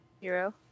Hero